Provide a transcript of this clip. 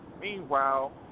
Meanwhile